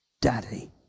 Daddy